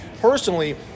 personally